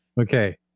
Okay